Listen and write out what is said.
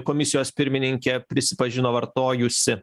komisijos pirmininkė prisipažino vartojusi